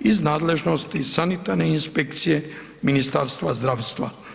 iz nadležnosti sanitarne inspekcije Ministarstva zdravstva.